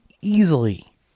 easily